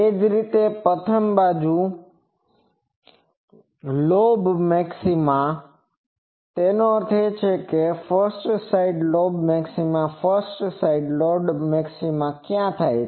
એ જ રીતે પ્રથમ બાજુ લોબ મેક્સિમા તેનો અર્થ છે ફસ્ટ સાઈડ લોબ મેક્સિમા ક્યાં થાય છે